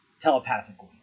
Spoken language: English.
telepathically